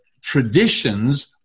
traditions